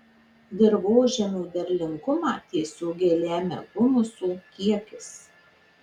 dirvožemio derlingumą tiesiogiai lemia humuso kiekis